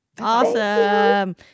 awesome